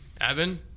Evan